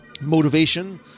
motivation